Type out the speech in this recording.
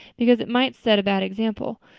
because it might set a bad example.